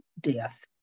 death